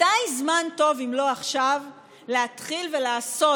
מתי זמן טוב אם לא עכשיו להתחיל ולעשות,